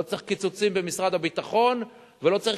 לא צריך קיצוצים במשרד הביטחון ולא צריך